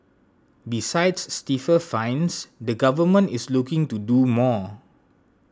besides stiffer fines the Government is looking to do more